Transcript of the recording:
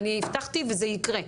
אני הבטחתי וזה יקרה,